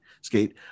skate